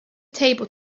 table